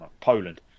Poland